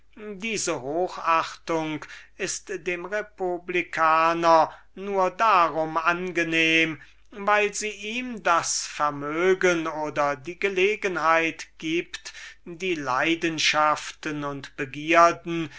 diese hochachtung ist dem republikaner nur darum angenehm weil sie das vermögen oder die gelegenheit gibt die leidenschaften und die begierden